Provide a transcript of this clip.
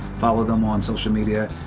follow them on social media,